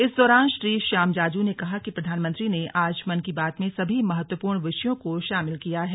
इस दौरान श्री श्याम जाजू ने कहा कि प्रधानमंत्री ने आज मन की बात में सभी महत्वपूर्ण विषयों को शामिल किया है